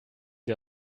sie